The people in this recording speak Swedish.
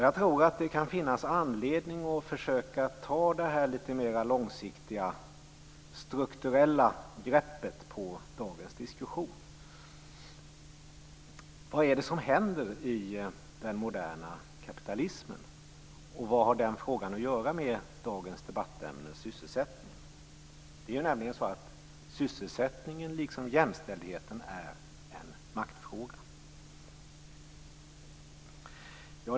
Jag tror att det kan finnas anledning att försöka ta det litet mera långsiktiga strukturella greppet på dagens diskussion. Vad är det som händer i den moderna kapitalismen? Vad har den frågan att göra med dagens debattämne, sysselsättning? Det är nämligen så att sysselsättningen liksom jämställdheten är en maktfråga.